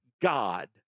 God